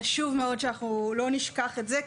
חשוב מאוד שאנחנו לא נשכח את זה,